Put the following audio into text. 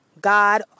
God